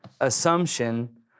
assumption